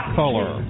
color